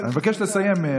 אני מבקש לסיים,